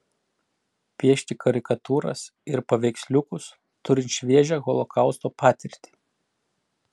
piešti karikatūras ir paveiksliukus turint šviežią holokausto patirtį